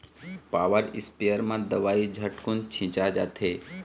power sprayer म दवई झटकुन छिंचा जाथे